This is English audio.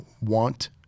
want